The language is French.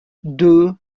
deux